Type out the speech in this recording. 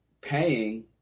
paying